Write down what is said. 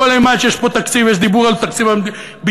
כל אימת שיש פה תקציב יש דיבור על תקציב הביטחון,